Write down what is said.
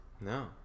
No